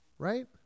right